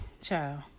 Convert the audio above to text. Child